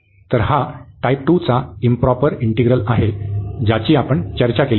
तर हा टाईप 2 चा इंप्रॉपर इंटिग्रल आहे ज्याची आपण चर्चा केली आहे